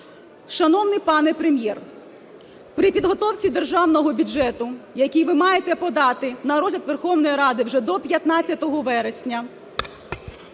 Шановний пане Прем'єр, при підготовці Державного бюджету, який ви маєте подати на розгляд Верховної Ради вже до 15 вересня,